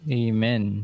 amen